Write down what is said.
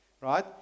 right